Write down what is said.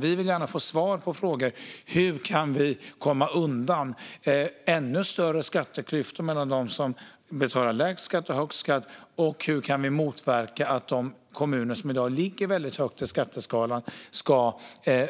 Vi vill gärna få svar på frågor om hur vi kan komma undan ännu större skatteklyftor mellan dem som betalar lägst skatt och dem som betalar högst skatt och hur vi kan motverka att de kommuner som i dag ligger högt i skatteskalan ska